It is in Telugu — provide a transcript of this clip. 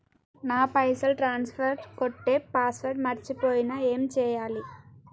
నా పైసల్ ట్రాన్స్ఫర్ కొట్టే పాస్వర్డ్ మర్చిపోయిన ఏం చేయాలి?